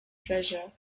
treasure